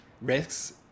risks